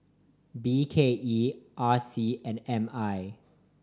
B K E R C and M I